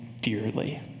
dearly